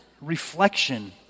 reflection